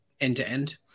end-to-end